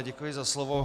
Děkuji za slovo.